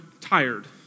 tired